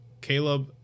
Caleb